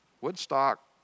Woodstock